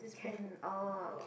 can uh